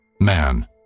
man